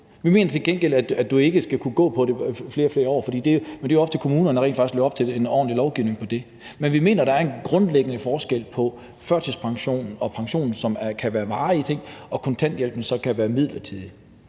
Vi mener til gengæld, at du ikke skal kunne være på det i flere år, men det er jo op til kommunerne rent faktisk at leve op til en lovgivning, som skal være ordentlig, på det område. Men vi mener, der er en grundlæggende forskel på førtidspension og pension, som kan være varige ting, og på kontanthjælpen, som så kan være midlertidig.